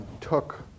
took